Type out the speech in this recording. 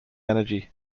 energy